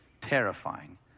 terrifying